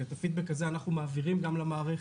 ואת הפידבק הזה אנחנו מעבירים גם למערכת.